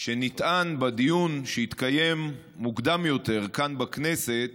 שנטען בדיון שהתקיים מוקדם יותר כאן בכנסת